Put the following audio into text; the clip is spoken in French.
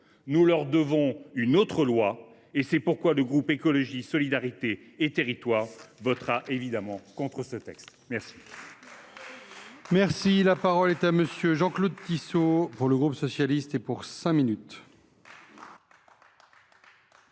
Nous leur devons une autre loi. C’est pourquoi le groupe Écologiste – Solidarité et Territoires votera évidemment contre ce texte. Bravo